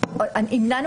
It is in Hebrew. אדגיש,